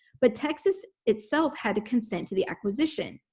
but texas itself had to consent to the acquisition.